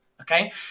Okay